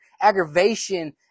aggravation